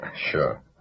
Sure